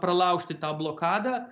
pralaužti tą blokadą